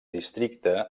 districte